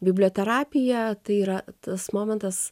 biblioterapija tai yra tas momentas